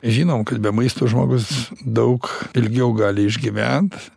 žinom kad be maisto žmogus daug ilgiau gali išgyvent